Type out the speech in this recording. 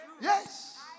Yes